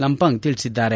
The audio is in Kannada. ಲಪಂಗ್ ತಿಳಿಸಿದ್ದಾರೆ